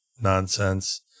nonsense